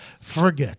forget